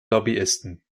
lobbyisten